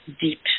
deep